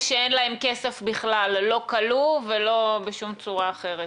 שאין להם כסף בכלל לא כלוא ולא בשום צורה אחרת.